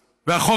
של מישהו אחר,